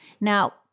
Now